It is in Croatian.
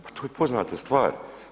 Pa to je poznata stvar.